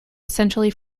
essentially